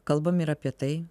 kalbam ir apie tai